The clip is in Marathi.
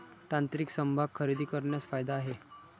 तांत्रिक समभाग खरेदी करण्यात फायदा आहे